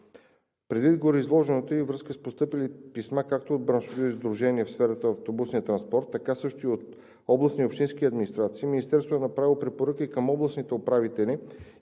Предвид гореизложеното и във връзка с постъпили писма както от браншови сдружения в сферата на автобусния транспорт, така също и от областни и общински администрации, Министерството е направило препоръки към областните управители